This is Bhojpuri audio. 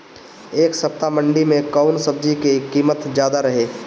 एह सप्ताह मंडी में कउन सब्जी के कीमत ज्यादा रहे?